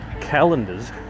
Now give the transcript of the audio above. calendars